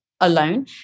alone